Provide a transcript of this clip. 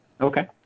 okay